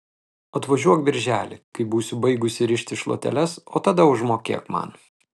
atvažiuok birželį kai būsiu baigusi rišti šluoteles o tada užmokėk man